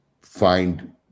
find